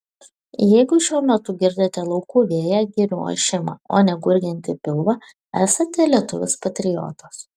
jeigu šiuo metu girdite laukų vėją girių ošimą o ne gurgiantį pilvą esate lietuvis patriotas